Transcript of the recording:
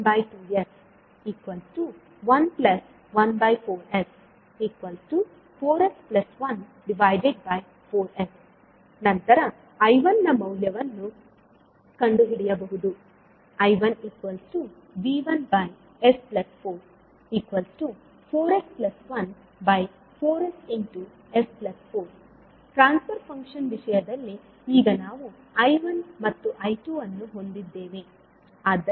V1I2212s114s4s14s ನಂತರ I1 ನ ಮೌಲ್ಯವನ್ನು ಕಂಡುಹಿಡಿಯಬಹುದು I1V1s44s14ss4 ಟ್ರಾನ್ಸ್ ಫರ್ ಫಂಕ್ಷನ್ ವಿಷಯದಲ್ಲಿ ಈಗ ನಾವು I1 ಮತ್ತು I2 ಅನ್ನು ಹೊಂದಿದ್ದೇವೆ